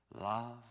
love